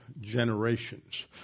generations